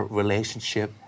relationship